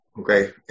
Okay